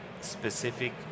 specific